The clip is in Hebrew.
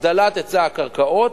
הגדלת היצע הקרקעות.